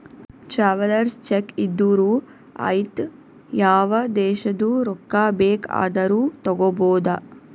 travellers cheque ಇದ್ದೂರು ಐಯ್ತ ಯಾವ ದೇಶದು ರೊಕ್ಕಾ ಬೇಕ್ ಆದೂರು ತಗೋಬೋದ